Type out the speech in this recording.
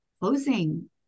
closing